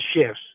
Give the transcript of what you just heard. shifts